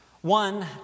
One